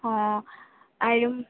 ହଁ